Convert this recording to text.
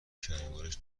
شلوارش